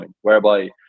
whereby